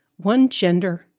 one gender,